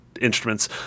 instruments